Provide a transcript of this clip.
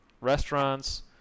Restaurants